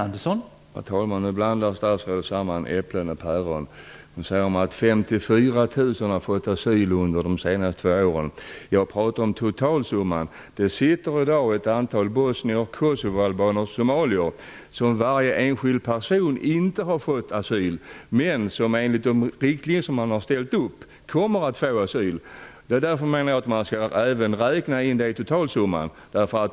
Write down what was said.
Herr talman! Nu blandar statsrådet samman äpplen och päron. Nu säger hon att 54 000 har fått asyl under de senaste två åren. Jag pratar om totalsumman! Det finns i dag ett antal bosnier, kosovoalbaner och somalier som inte har fått asyl, men som kommer att få asyl enligt de riktlinjer man har ställt upp. Jag menar att man skall räkna in dem i totalsumman.